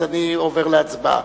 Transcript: אני עובר להצבעה.